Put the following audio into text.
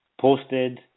posted